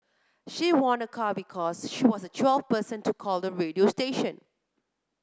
she won a car because she was twelfth person to call the radio station